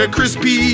Crispy